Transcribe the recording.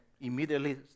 immediately